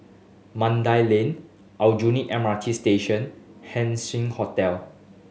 Mandai Lake Aljunied M R T Station and Haising Hotel